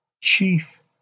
chief